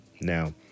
Now